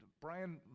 Brian